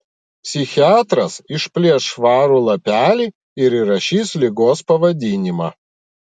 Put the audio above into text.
psichiatras išplėš švarų lapelį ir įrašys ligos pavadinimą